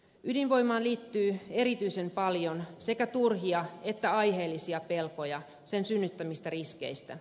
ydinvoimaan liittyy erityisen paljon sekä turhia että aiheellisia pelkoja sen synnyttämistä riskeistä